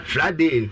Friday